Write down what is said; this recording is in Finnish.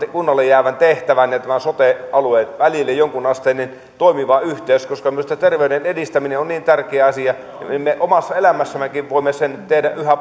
kunnalle jäävän terveyden edistämisen tehtävän ja tämän sote alueen välille jonkunasteinen toimiva yhteys minusta terveyden edistäminen on niin tärkeä asia ja me omassa elämässämmekin voimme sen tehdä yhä